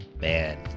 Man